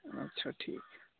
अच्छा ठीक है